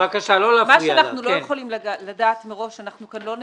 אנחנו לא יכולים לדעת מראש, אנחנו לא נביאים.